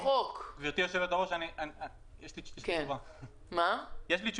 בוני הארץ ומרכז השלטון המקומי באים בדברים כדי לשפר את ההתקשרויות,